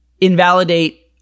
invalidate